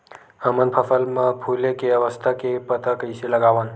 हमन फसल मा फुले के अवस्था के पता कइसे लगावन?